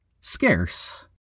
scarce